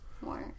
more